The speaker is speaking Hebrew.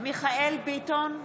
מיכאל מרדכי ביטון,